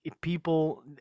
people